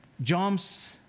jumps